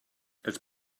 els